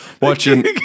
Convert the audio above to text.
watching